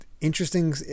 interesting